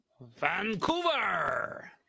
Vancouver